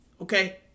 okay